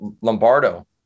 Lombardo